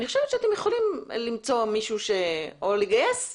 אני חושבת שאתם יכולים למצוא מישהו או לגייס מישהו.